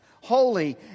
holy